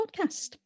Podcast